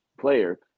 player